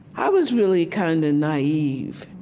i was really kind of naive,